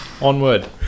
Onward